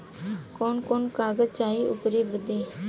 कवन कवन कागज चाही ओकर बदे?